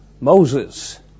Moses